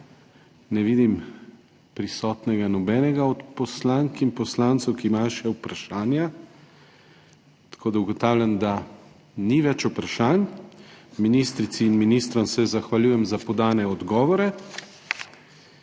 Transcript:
ne vidim prisotnega nobenega od poslank in poslancev, ki še imajo vprašanja, tako ugotavljam, da ni več vprašanj. Ministrici in ministrom se zahvaljujem za podane odgovore.